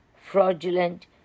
fraudulent